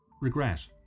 Regret